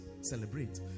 celebrate